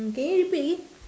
can you repeat again